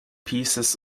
pieces